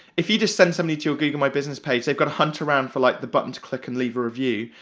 if you just send somebody to your google my business page, they've gotta hunt around for like the button to click and leave a review,